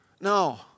no